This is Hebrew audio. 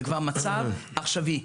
זה כבר מצב עכשווי.